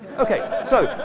ok. so,